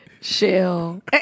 Shell